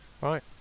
right